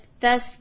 thus